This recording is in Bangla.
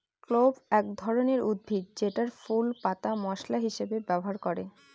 ক্লোভ এক ধরনের উদ্ভিদ যেটার ফুল, পাতা মশলা হিসেবে ব্যবহার করে